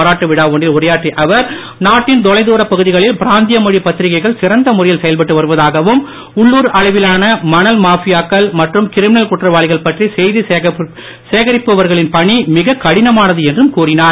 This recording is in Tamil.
பாராட்டு விழா ஒன்றில் உரையாற்றிய அவர் நாட்டின் தொலை தூரப் பகுதிகளில் பிராந்திய மொழி பத்திரிகைகள் சிறந்த முறையில் செயல்பட்டு வருவதாகவும் உள்ளூர் அளவிலான மணல் மாபியாக்கள் மற்றும் கிரிமினல் குற்றவாளிகள் பற்றி செய்தி சேகரிப்பவர்களின் பணி மிக கடினமானது என்றும் கூறினார்